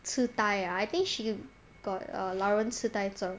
痴呆 ah I think she got err 老人痴呆症